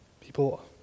people